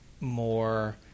more